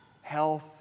health